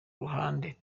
ruhande